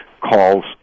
calls